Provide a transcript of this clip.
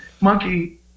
Monkey